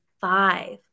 five